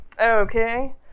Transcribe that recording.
Okay